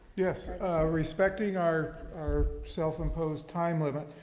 yes, a respecting our are self imposed time limit.